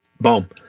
Boom